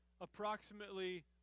approximately